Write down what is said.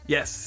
Yes